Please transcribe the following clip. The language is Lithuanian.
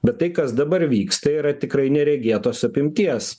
bet tai kas dabar vyksta yra tikrai neregėtos apimties